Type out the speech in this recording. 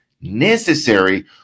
necessary